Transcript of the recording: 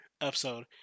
episode